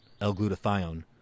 L-glutathione